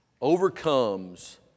overcomes